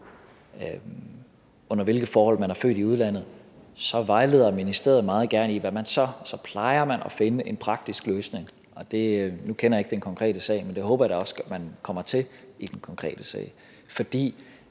under hvilke forhold man er født i udlandet, så vejleder ministeriet meget gerne om, hvad man så gør, og så plejer man at finde en praktisk løsning. Nu kender jeg ikke den konkrete sag, men jeg håber da også, at man kommer frem til det, i den konkrete sag. For